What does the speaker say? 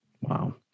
Wow